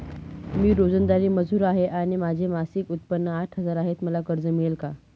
मी रोजंदारी मजूर आहे आणि माझे मासिक उत्त्पन्न आठ हजार आहे, मला कर्ज मिळेल का?